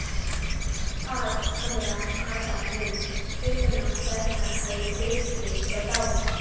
आज हमरा खाता में केतना पैसा हई देख के बताउ?